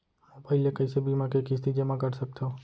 Mobile ले कइसे बीमा के किस्ती जेमा कर सकथव?